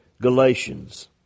Galatians